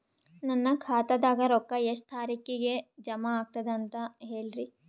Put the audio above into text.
ನನ್ನ ಖಾತಾದಾಗ ರೊಕ್ಕ ಎಷ್ಟ ತಾರೀಖಿಗೆ ಜಮಾ ಆಗತದ ದ ಅಂತ ಹೇಳರಿ?